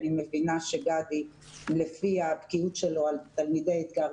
אני מבינה שגדי לפי בקיאותו על תלמידי אתגר